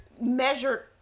measured